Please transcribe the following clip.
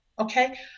okay